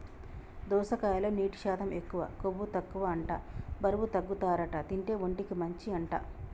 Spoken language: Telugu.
దోసకాయలో నీటి శాతం ఎక్కువ, కొవ్వు తక్కువ అంట బరువు తగ్గుతారట తింటే, ఒంటికి మంచి అంట